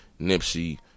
Nipsey